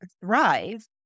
thrive